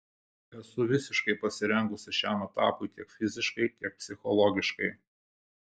esu visiškai pasirengusi šiam etapui tiek fiziškai tiek psichologiškai